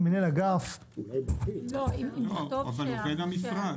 מנהל אגף --- עובד המשרד.